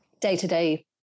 day-to-day